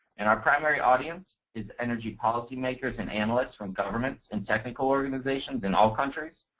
and our primary audience is energy policy makers and analysts from governments and technical organizations in all countries.